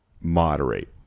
moderate